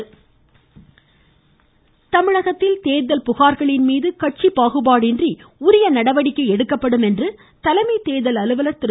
சத்ய பிரத சாகு தமிழகத்தில் தேர்தல் புகார்களின் மீது கட்சி பாகுபாடின்றி உரிய நடவடிக்கை எடுக்கப்படும் என்று தலைமை தேர்தல் அலுவலர் திரு